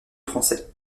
français